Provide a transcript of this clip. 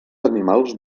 animals